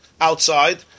outside